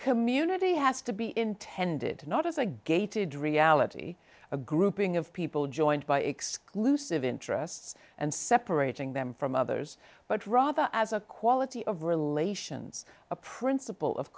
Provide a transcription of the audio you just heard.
community has to be intended not as a gated reality a grouping of people joined by exclusive interests and separating them from others but rather as a quality of relations a principle of